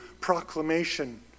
proclamation